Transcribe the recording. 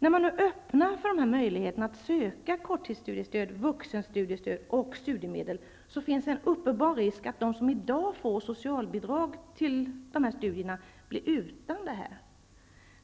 När man nu öppnar för möjligheten att söka korttidsstudiestöd, vuxenstudiestöd och studiemedel finns en uppenbar risk för att de som i dag får socialbidrag till dessa studier blir utan detta.